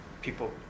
people